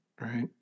Right